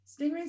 stingrays